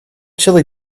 chili